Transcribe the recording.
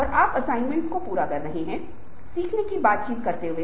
वो लोग जो अंत मे अपने जीवन को बदल देते हैं